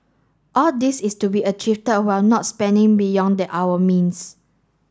all this is to be achieve while not spending beyond that our means